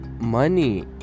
money